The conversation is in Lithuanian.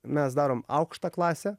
mes darom aukštą klasę